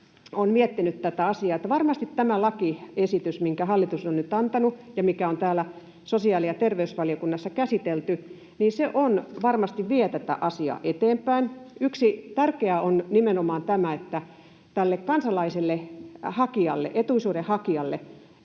olen miettinyt tätä asiaa, että varmasti tämä lakiesitys, minkä hallitus on nyt antanut ja mikä on täällä sosiaali- ja terveysvaliokunnassa käsitelty, vie tätä asiaa eteenpäin. Yksi tärkeä on nimenomaan tämä, että tälle kansalaiselle, hakijalle,